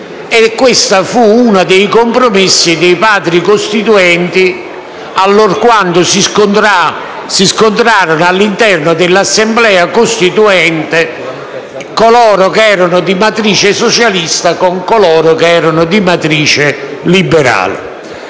che fu uno dei compromessi dei Padri costituenti, allorquando si scontrarono all'interno dell'Assemblea costituente coloro che erano di matrice socialista con coloro che erano di matrice liberale.